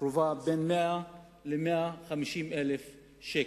קרובה ל-100,000 150,000 שקל.